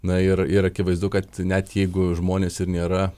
na ir ir akivaizdu kad net jeigu žmonės ir nėra